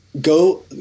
go